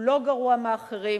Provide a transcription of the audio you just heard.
הוא לא גרוע מאחרים.